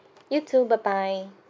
you too bye bye